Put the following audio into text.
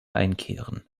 einkehren